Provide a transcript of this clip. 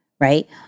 right